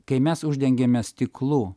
kai mes uždengiame stiklu